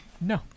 No